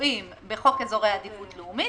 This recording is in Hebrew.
שקבועים בחוק אזורי עדיפות לאומית,